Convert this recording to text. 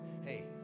Hey